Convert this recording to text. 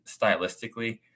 Stylistically